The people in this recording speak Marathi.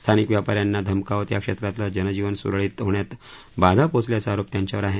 स्थानिक व्यापा यांना धमकावत या क्षेत्रातलं जनजीवन सुरळीत होण्यात बाधा पोहचल्याचा आरोप त्यांच्यावर आहे